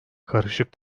karışık